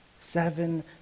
Seven